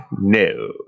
No